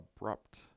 abrupt